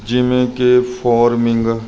ਜਿਵੇਂ ਕਿ ਫੋਰਮਿੰਗ